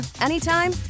anytime